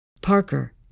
Parker